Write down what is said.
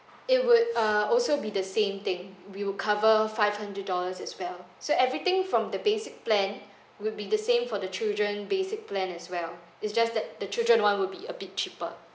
it would uh also be the same thing we would cover five hundred dollars as well so everything from the basic plan would be the same for the children basic plan as well it's just that the children [one] would be a bit cheaper